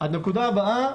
הנקודה הבאה